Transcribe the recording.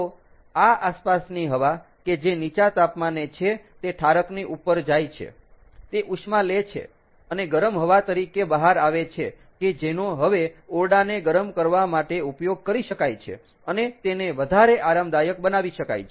તો આ આસપાસની હવા કે જે નીચા તાપમાને છે તે ઠારકની ઉપર જાય છે તે ઉષ્મા લે છે અને ગરમ હવા તરીકે બહાર આવે છે કે જેનો હવે ઓરડાને ગરમ કરવા માટે ઉપયોગ કરી શકાય છે અને તેને વધારે આરામદાયક બનાવી શકાય છે